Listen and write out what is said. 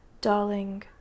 darling